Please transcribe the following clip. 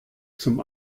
zum